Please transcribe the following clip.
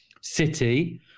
city